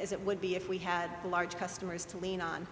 as it would be if we had a large customers to lean on